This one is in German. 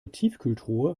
tiefkühltruhe